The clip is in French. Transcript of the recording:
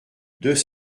deux